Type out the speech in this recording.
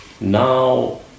now